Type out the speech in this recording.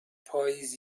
پاییز